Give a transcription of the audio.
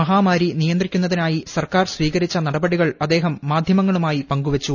മഹാമാരി നിയന്ത്രിക്കുന്നതിനായി സർക്കാർ സ്വീകരിച്ച നടപടികൾ അദ്ദേഹം മാധ്യമങ്ങളുമായി പങ്കുവച്ചു